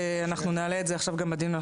אנחנו נעלה את זה עכשיו בדיון,